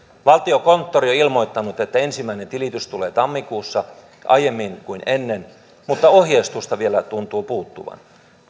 valtiokonttori on ilmoittanut että ensimmäinen tilitys tulee tammikuussa aiemmin kuin ennen mutta ohjeistusta vielä tuntuu puuttuvan